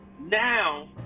now